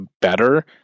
better